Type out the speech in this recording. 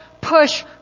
push